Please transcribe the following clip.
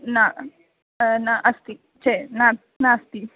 न न अस्ति चेत् नास्ति नास्ति